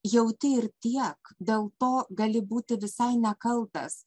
jauti ir tiek dėl to gali būti visai nekaltas